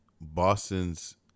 Boston's